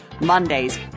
Mondays